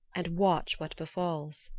and watch what befalls.